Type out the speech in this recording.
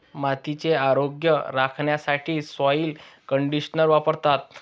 मातीचे आरोग्य राखण्यासाठी सॉइल कंडिशनर वापरतात